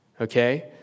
okay